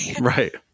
Right